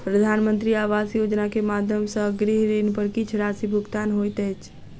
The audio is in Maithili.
प्रधानमंत्री आवास योजना के माध्यम सॅ गृह ऋण पर किछ राशि भुगतान होइत अछि